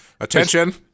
Attention